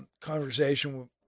conversation